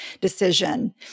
decision